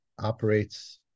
operates